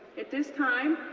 at this time,